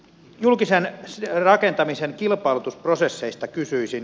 julkisen rakentamisen kilpailutusprosesseista kysyisin